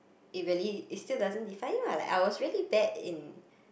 it really it still doesn't define you ah I was really bad in